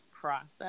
process